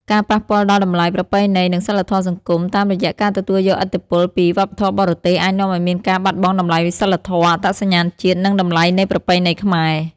ការប៉ះពាល់ដល់តម្លៃប្រពៃណី និងសីលធម៌សង្គម តាមរយះការទទួលយកឥទ្ធិពលពី វប្បធម៌បរទេសអាចនាំឲ្យមានការបាត់បង់តម្លៃសីលធម៌ អត្តសញ្ញាណជាតិ និងតម្លៃនៃប្រពៃណីខ្មែរ។